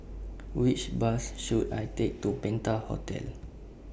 Which Bus should I Take to Penta Hotel